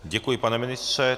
Děkuji, pane ministře.